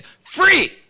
free